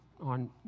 on